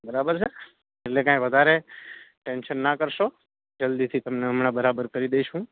બરાબર છે એટલે કંઈ વધારે ટેન્શન ના કરશો જલ્દીથી તમને હમણાં બરાબર કરી દઇશું